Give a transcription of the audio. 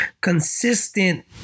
consistent